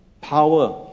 power